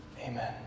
amen